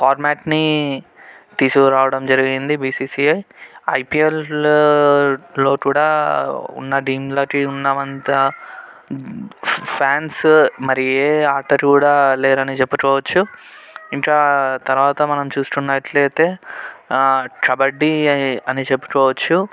ఫార్మేట్ని తీసుకురావడం జరిగింది బీసీసీఐ ఐపీఎల్లో కూడా అంతా దీంట్లోవి ఉన్నదంతా ఫ్యాన్స్ మరి ఏ ఆటకు లేరని కూడా చెప్పుకోవచ్చు ఇంకా తర్వాత మనం చూస్తున్నట్లయితే కబడ్డీ అని చెప్పుకోవచ్చు